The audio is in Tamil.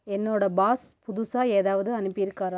என்னோட பாஸ் புதுசாக ஏதாவது அனுப்பியிருக்காரா